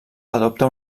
adopta